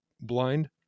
blind